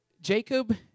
Jacob